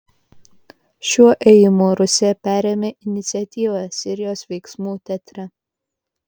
šiuo ėjimu rusija perėmė iniciatyvą sirijos veiksmų teatre